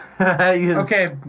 Okay